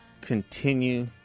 continue